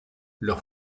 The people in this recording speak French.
leurs